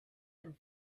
and